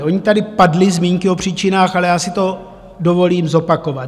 Ony tady padly zmínky o příčinách, ale já si to dovolím zopakovat.